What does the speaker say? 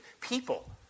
people